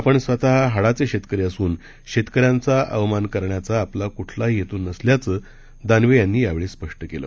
आपण स्वत हाडाचे शेतकरी असून शेतकऱ्यांचा अवमान करण्याचा आपला कुठलाही हेतू नसल्याचं दानवे यांनी यावेळी स्पष्ट केलं